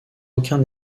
aucun